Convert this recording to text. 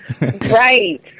Right